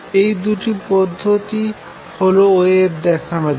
এই দুটি পদ্ধতি হল ওয়েভ দেখার জন্য